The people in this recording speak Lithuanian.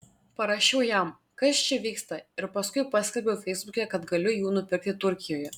parašiau jam kas čia vyksta ir paskui paskelbiau feisbuke kad galiu jų nupirkti turkijoje